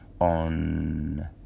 on